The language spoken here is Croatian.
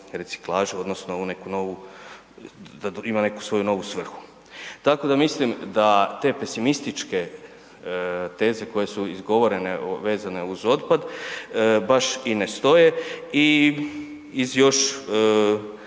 neku novu, da ima neku svoju novu svrhu. Tako da, mislim da te pesimističke teze koje su izgovorene vezane uz otpad, baš i ne stoje i iz još